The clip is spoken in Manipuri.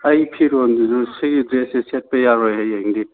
ꯑꯩ ꯐꯤꯔꯣꯟꯗꯨꯁꯨ ꯑꯁꯤꯒꯤ ꯗ꯭ꯔꯦꯁꯁꯦ ꯁꯦꯠꯄ ꯌꯥꯔꯣꯏ ꯍꯌꯦꯡꯗꯤ